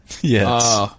Yes